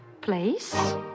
Place